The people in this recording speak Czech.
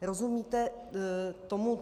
Rozumíte tomu?